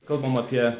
kalbam apie